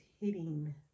hitting